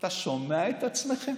אתם שומעים את עצמכם?